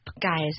guys